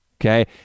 okay